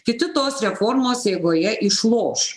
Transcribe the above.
kiti tos reformos eigoje išloš